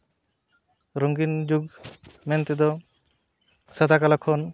ᱨᱚᱝᱜᱤᱱ ᱡᱩᱜᱽ ᱢᱮᱱᱛᱮᱫᱚ ᱥᱟᱫᱟ ᱠᱟᱞᱳ ᱠᱷᱚᱱ